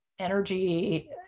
energy